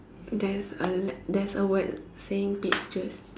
there's a there's a word saying peaches